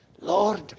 Lord